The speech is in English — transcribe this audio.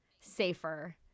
safer